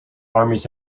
armies